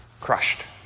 crushed